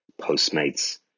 postmates